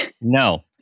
No